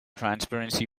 transparency